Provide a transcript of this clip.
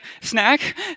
Snack